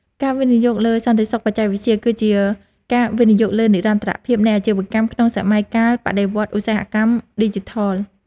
ការវិនិយោគលើសន្តិសុខបច្ចេកវិទ្យា គឺជាការវិនិយោគលើនិរន្តរភាពនៃអាជីវកម្មក្នុងសម័យកាលបដិវត្តឧស្សាហកម្មឌីជីថល។